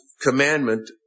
commandment